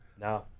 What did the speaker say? No